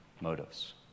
motives